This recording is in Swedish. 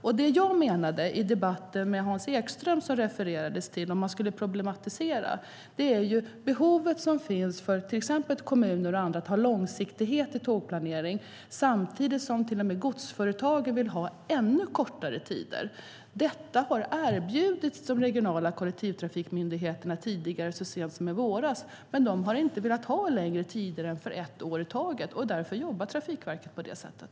Det som jag menade i debatten med Hans Ekström som det refererades till, om man skulle problematisera, är det behov som finns för till exempel kommuner och andra att ha långsiktighet i tågplaneringen samtidigt som godsföretagen till och med vill ha ännu kortare tider. Detta har erbjudits de regionala kollektivtrafikmyndigheterna tidigare, och så sent som i våras, men de har inte velat ha längre tider än för ett år i taget. Därför jobbar Trafikverket på det sättet.